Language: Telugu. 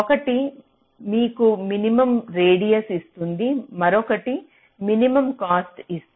ఒకటి మీకు మినిమం రేడియస్ ఇస్తుంది మరొకటి మీకు మినిమం కాస్ట్ ఇస్తుంది